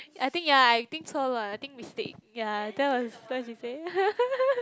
I think yea I think so lah I think mistake yea that was